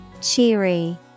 Cheery